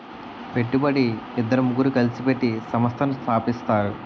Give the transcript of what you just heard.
పెట్టుబడి ఇద్దరు ముగ్గురు కలిసి పెట్టి సంస్థను స్థాపిస్తారు